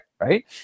right